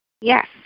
Yes